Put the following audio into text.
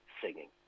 singing